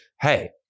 hey